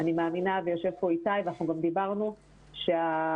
יושב פה איתי ואנחנו דיברנו על כך